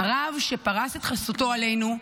הרב שפרס את חסותו עלינו,